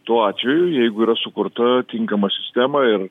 tuo atveju jeigu yra sukurta tinkama sistema ir